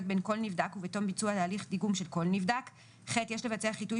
בין כל נבדק ובתום ביצוע תהליך דיגום של כל נבדק; יש לבצע חיטוי